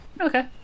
Okay